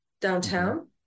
downtown